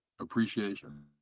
Appreciation